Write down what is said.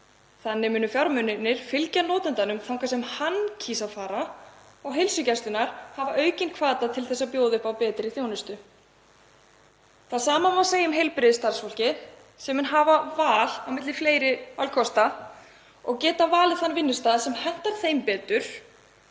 Þannig munu fjármunirnir fylgja notandanum þangað sem hann kýs að fara og heilsugæslurnar hafa aukinn hvata til að bjóða upp á betri þjónustu. Það sama má segja um heilbrigðisstarfsfólkið sem getur valið á milli fleiri valkosta og valið þann vinnustað sem hentar því betur,